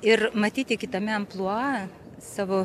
ir matyti kitame amplua savo